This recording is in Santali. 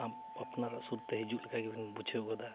ᱟᱯ ᱟᱯᱱᱟᱨᱟᱜ ᱥᱩᱨ ᱛᱮ ᱦᱤᱡᱩᱜ ᱞᱮᱠᱟ ᱜᱮᱵᱤᱱ ᱵᱩᱡᱷᱟᱹᱣ ᱜᱚᱫᱟ